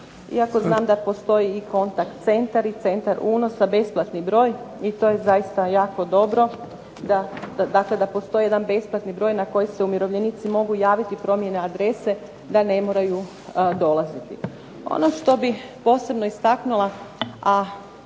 iako znam da postoji i kontakt centar i centar uno za besplatni broj i to je zaista jako dobro. Dakle, da postoji jedan besplatni broj na koji se umirovljenici mogu javiti promjene adrese da ne moraju dolaziti. Ono što bih posebno istaknula,